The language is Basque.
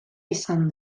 izan